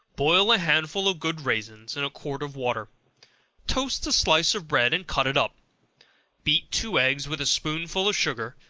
boil a handful of good raisins in a quart of water toast a slice of bread and cut it up beat two eggs with a spoonful of sugar,